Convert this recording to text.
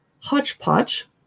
hodgepodge